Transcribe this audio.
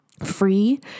free